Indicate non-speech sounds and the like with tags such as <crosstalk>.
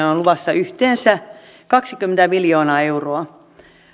<unintelligible> on on luvassa yhteensä kaksikymmentä miljoonaa euroa